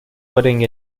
budding